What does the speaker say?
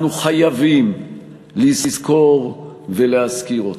אנחנו חייבים לזכור ולהזכיר אותה.